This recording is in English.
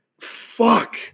fuck